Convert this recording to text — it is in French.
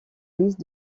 liste